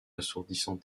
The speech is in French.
assourdissant